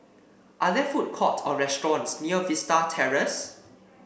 are there food courts or restaurants near Vista Terrace